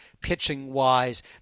pitching-wise